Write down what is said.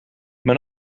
mijn